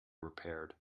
repaired